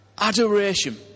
Adoration